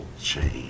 change